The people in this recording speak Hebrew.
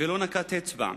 ולא נקף אצבע.